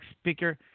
Speaker